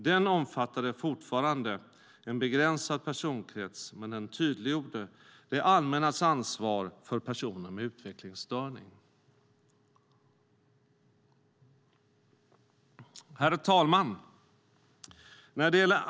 Den omfattade fortfarande en begränsad personkrets men den tydliggjorde det allmännas ansvar för personer med utvecklingsstörning. Herr talman!